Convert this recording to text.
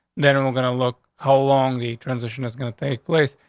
that and gonna look how long the transition is gonna take place.